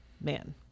man